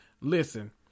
Listen